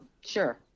sure